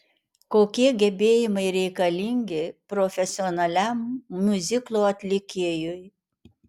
kokie gebėjimai reikalingi profesionaliam miuziklo atlikėjui